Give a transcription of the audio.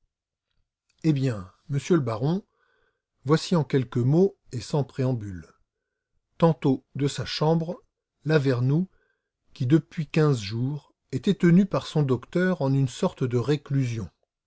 eh bien monsieur le baron voici en quelques mots et sans préambule tantôt de sa chambre lavernoux qui depuis quinze jours était tenu par son docteur en une sorte de réclusion